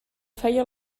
feia